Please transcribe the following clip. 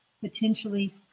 potentially